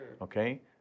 okay